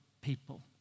people